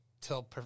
till